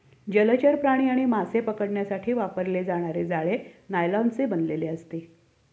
जलचर प्राणी आणि मासे पकडण्यासाठी वापरले जाणारे जाळे नायलॉनचे बनलेले असते